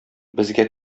безгә